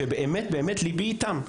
שבאמת לבי איתם.